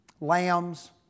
Lambs